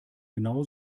genau